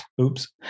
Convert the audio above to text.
Oops